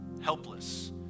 helpless